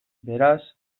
beraz